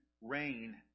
rain